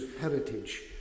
heritage